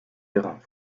terrains